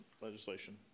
legislation